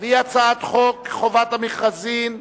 הצעת חוק חובת המכרזים (תיקון,